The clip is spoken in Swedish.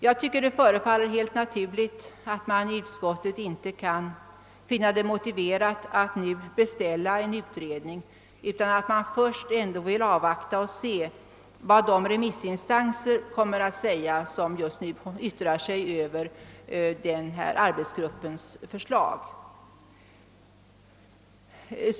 Jag tycker att det förefaller helt naturligt att man i utskottet inte finner det motiverat att nu beställa en utredning utan att man först vill avvakta och se vad de remissinstanser kommer att säga, som just nu har fått denna arbetsgrupps förslag för yttrande.